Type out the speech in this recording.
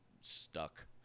stuck